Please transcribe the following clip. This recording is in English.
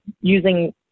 using